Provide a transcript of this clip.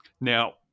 Now